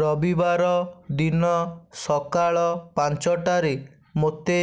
ରବିବାର ଦିନ ସକାଳ ପାଞ୍ଚଟାରେ ମୋତେ